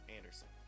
Anderson